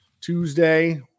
Tuesday